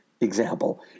example